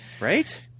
Right